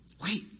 Wait